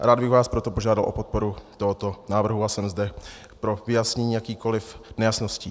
Rád bych vás proto požádal o podporu tohoto návrhu a jsem zde pro vyjasnění jakýchkoli nejasností.